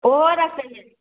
ओहो रक्खै हीयै